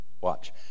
Watch